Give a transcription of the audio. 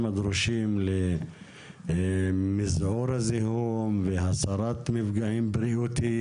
הדרושים למזעור הזיהום והסרת מפגעים בריאותיים.